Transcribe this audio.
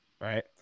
right